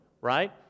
right